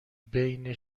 بین